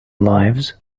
lives